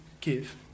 give